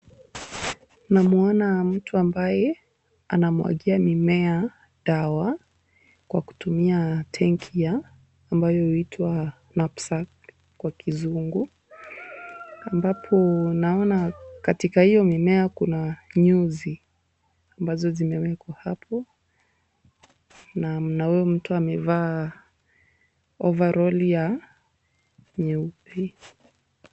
Namwona mtu ambaye anamwagia mimea dawa kwa kutumia tanki ambayo inaitwa knapsack kwa kizungu ambapo naona katika hiyo mimea kuna nyuzi ambazo zimewekwa hapo na mnaona mtu amevaa ovaroli ya nyeupe.